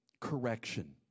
correction